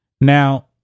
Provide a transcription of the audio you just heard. Now